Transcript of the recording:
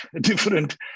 different